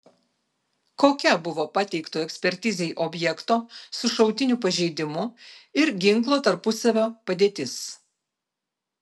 kokia buvo pateikto ekspertizei objekto su šautiniu pažeidimu ir ginklo tarpusavio padėtis